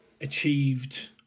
achieved